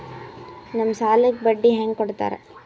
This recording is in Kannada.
ನಮ್ ಸಾಲಕ್ ಬಡ್ಡಿ ಹ್ಯಾಂಗ ಕೊಡ್ತಾರ?